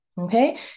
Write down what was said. okay